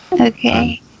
Okay